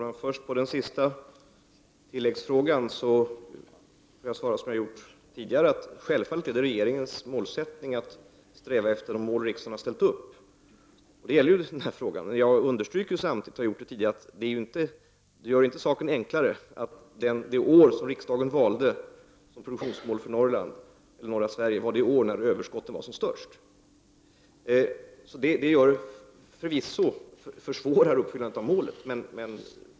Herr talman! På den sista tilläggsfrågan svarar jag som jag tidigare har svarat: Självfallet är det regeringens målsättning att sträva efter att uppnå de mål som riksdagen har satt upp. Det gäller även i denna fråga. Men samtidigt understryker jag, liksom jag tidigare har gjort, att det inte gör saken enklare att det år som gällde för riksdagens produktionsmål för norra Sverige var det år då överskottet var som störst. Förvisso gör det att det blir svårare att uppnå det uppsatta målet.